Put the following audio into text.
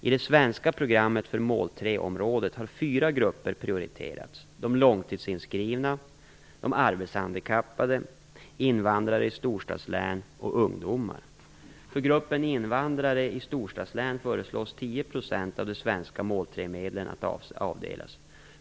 I det svenska programmet för mål 3-området har fyra grupper prioriterats: medlen att avdelas.